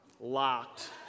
Locked